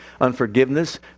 unforgiveness